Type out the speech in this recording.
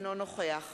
אינו נוכח